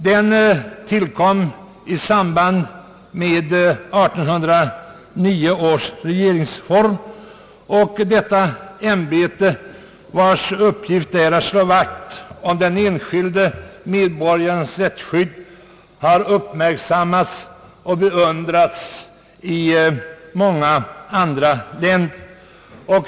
Den tillkom i samband med 1809 års regeringsform, och detta ämbete, vars uppgift är att slå vakt om den enskilde medborgarens rättsskydd, har uppmärksammats och beundrats i många andra länder.